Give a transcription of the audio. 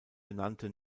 benannte